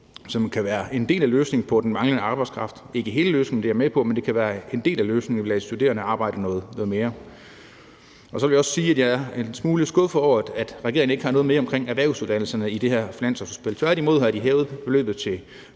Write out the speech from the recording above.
som kan være en del af løsningen på den manglende arbejdskraft – ikke hele løsningen, det er jeg med på, men det kan være en del af løsningen at lade de studerende arbejde noget mere. Så vil jeg også sige, at jeg er en smule skuffet over, at regeringen ikke har mere med om erhvervsuddannelserne i det her finanslovsudspil. De har tværtimod hæve beløbet til